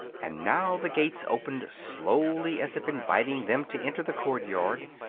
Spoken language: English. and now the gates opened slowly as if inviting them to enter the courtyard,